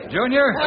Junior